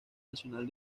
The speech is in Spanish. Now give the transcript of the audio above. nacional